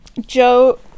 Joe